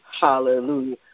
Hallelujah